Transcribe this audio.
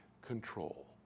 control